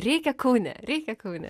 reikia kaune reikia kaune